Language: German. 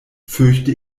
fürchte